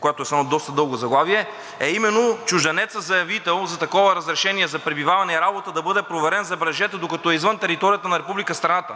която е с едно доста дълго заглавие, е именно чужденецът заявител за такова разрешение за пребиваване и работа да бъде проверен, забележете, докато е извън територията на страната.